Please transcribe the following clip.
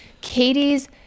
Katie's